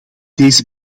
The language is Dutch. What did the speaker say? deze